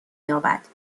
یابد